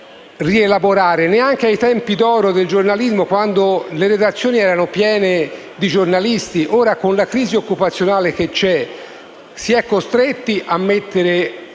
non lo era neanche ai tempi d'oro del giornalismo, quando le redazioni erano piene di giornalisti. Ora, con l'attuale crisi occupazionale, si è costretti a mettere